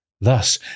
Thus